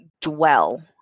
dwell